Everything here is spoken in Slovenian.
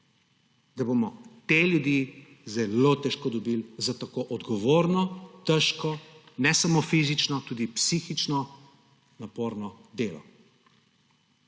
da bomo te ljudi zelo težko dobili za tako odgovorno, težko, ne samo fizično, tudi psihično naporno delo.